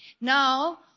Now